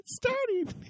starting